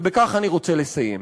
ובכך אני רוצה לסיים.